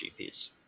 gps